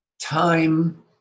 time